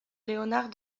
léonard